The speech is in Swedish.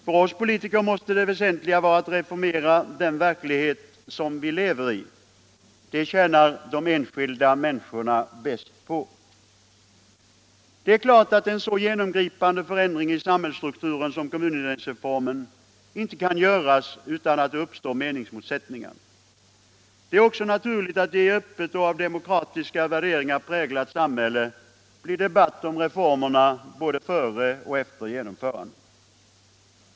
För oss politiker måste det väsentliga vara att reformera den verklighet som vi lever i. Det tjänar de enskilda människorna bäst. Det är klart att en så genomgripande förändring i samhällsstrukturen som kommunindelningsreformen inte kan göras utan att det uppstår meningsmotsättningar. Det är också naturligt att det i ett öppet och av demokratiska värderingar präglat samhälle blir debatt om reformerna både före och efter genomförandet.